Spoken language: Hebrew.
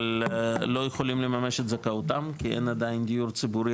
אבל לא יכולים לממש את זכאותם כי אין עדיין דיור ציבורי